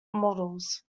models